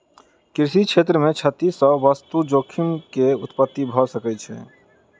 कृषि क्षेत्र मे क्षति सॅ वास्तु जोखिम के उत्पत्ति भ सकै छै